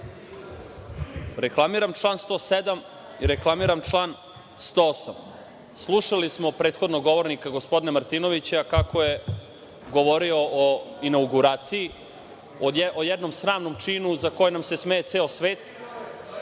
Hvala. Reklamiram član 107. i reklamiram član 108.Slušali smo prethodnog govornika, gospodina Martinovića, kako je govorio o inauguraciji, o jednom sramnom činu za koji nam se smeje ceo svet…